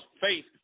faith